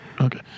Okay